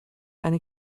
eine